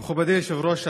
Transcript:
מכובדי היושב-ראש,